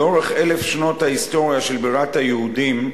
לאורך אלף שנות ההיסטוריה של בירת היהודים,